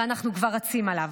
ואנחנו כבר רצים עליו.